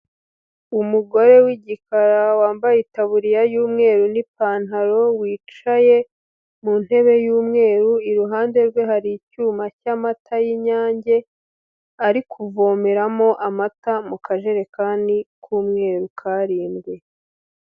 Umugore w'igikara wambaye itaburiya y'umweru n'ipantaro, wicaye mu ntebe y'umweru, iruhande rwe hari icyuma cyamata y'Inyange ari kuvomeramo amata mu kajerekani k'umweru karindwi.